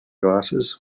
glasses